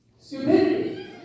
stupidity